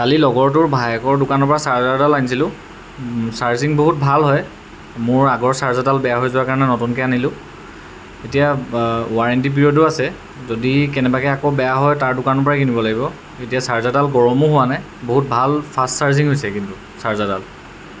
কালি লগৰটোৰ ভায়েকৰ দোকানৰপৰা চাৰ্জাৰ এডাল আনিছিলোঁ চাৰ্জিং বহুত ভাল হয় মোৰ আগৰ চাৰ্জাৰডাল বেয়া হৈ যোৱাৰ কাৰণে নতুনকৈ আনিলোঁ এতিয়া ৱাৰেণ্টি পিৰিয়ডো আছে যদি কেনেবাকৈ আকৌ বেয়া হয় তাৰ দোকানৰপৰাই কিনিব লাগিব এতিয়া চাৰ্জাৰডাল গৰমো হোৱা নাই বহুত ভাল ফাষ্ট চাৰ্জিং হৈছে কিন্তু চাৰ্জাৰডাল